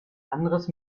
anderes